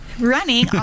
running